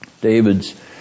David's